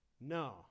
No